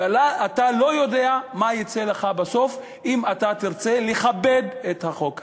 ואתה לא יודע מה יצא לך בסוף אם אתה תרצה לכבד את החוק הזה.